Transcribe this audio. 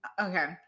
Okay